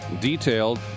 detailed